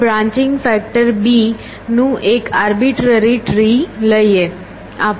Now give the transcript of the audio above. ચાલો branching factor b નું એક આર્બિટ્રરી ટ્રી લઈએ